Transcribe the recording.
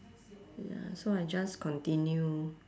ya so I just continue